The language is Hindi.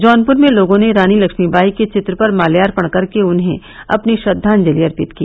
जौनपुर में लोगों ने रानी लक्ष्मीबाई के चित्र पर माल्यार्पण कर के उन्हें अपनी श्रद्वांजलि अर्पित की